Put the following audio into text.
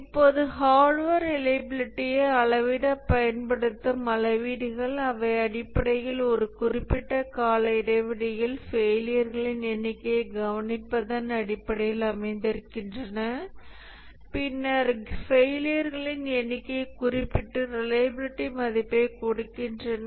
இப்போது ஹார்ட்வேர் ரிலையபிலிட்டியை அளவிடப் பயன்படுத்தப்படும் அளவீடுகள் அவை அடிப்படையில் ஒரு குறிப்பிட்ட கால இடைவெளியில் ஃபெயிலியர்களின் எண்ணிக்கையைக் கவனிப்பதன் அடிப்படையில் அமைந்திருக்கின்றன பின்னர் ஃபெயிலியர்களின் எண்ணிக்கையைக் குறிப்பிட்டு ரிலையபிலிட்டி மதிப்பைக் கொடுக்கின்றன